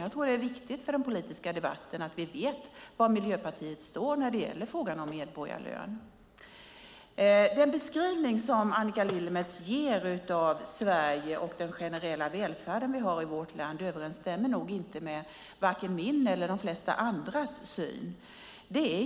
Jag tror att det är viktigt för den politiska debatten att vi vet var Miljöpartiet står i frågan om medborgarlön. Den beskrivning av Sverige och den generella välfärden i vårt land som Annika Lillemets ger överensstämmer nog inte med vare sig min eller de flesta andras syn.